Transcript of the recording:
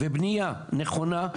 ובנייה נכונה,